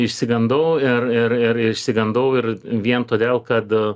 išsigandau ir ir ir išsigandau ir vien todėl kad